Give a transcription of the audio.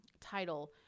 title